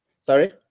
Sorry